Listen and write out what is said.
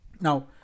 Now